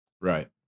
Right